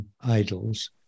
Idols